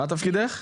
מה תפקידך?